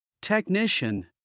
Technician